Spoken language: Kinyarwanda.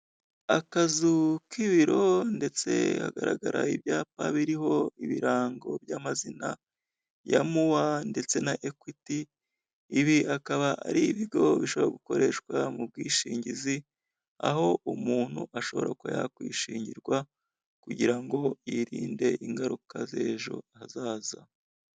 Akazu k'ibiro ndetse hagaragaraho ibyapa biriho ibirango by'amazina ya mowa ndetse na ekwiti, ibi akaba ari ibigo bishobora gukoreshwa mu bwishingizi, aho umuntu ashobora kuba yakwishingirwa, kugira ngo yirinde ingaruka z'ejo hazaza.